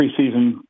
preseason